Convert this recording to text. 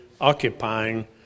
occupying